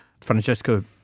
Francesco